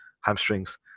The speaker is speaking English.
hamstrings